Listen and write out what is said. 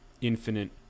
infinite